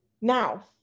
Now